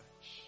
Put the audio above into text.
touch